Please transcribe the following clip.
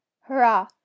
Hurrah